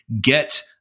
get